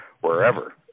wherever